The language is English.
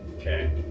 Okay